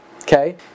okay